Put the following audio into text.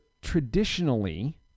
traditionally